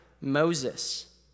Moses